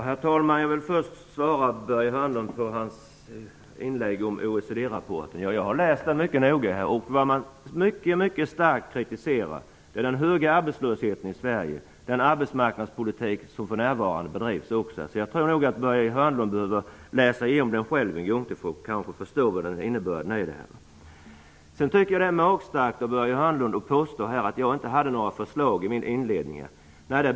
Herr talman! Jag vill först bemöta det Börje Hörnlund sade i sitt inlägg om OECD-rapporten. Jag har läst den mycket noga. Vad man mycket starkt kritiserar är den höga arbetslösheten i Sverige och också den arbetsmarknadspolitik som för närvarande bedrivs. Jag tror att Börje Hörnlund behöver läsa igenom den själv, så att han förstår innebörden i den. Det är magstarkt av Börje Hörnlund att påstå att jag inte hade några förslag i min inledning.